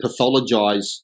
pathologise